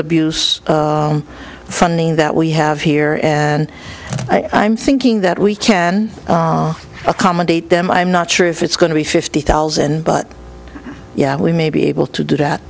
abuse funding that we have here and i'm thinking that we can accommodate them i'm not sure if it's going to be fifty thousand but yeah we may be able to do that